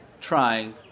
trying